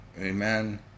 amen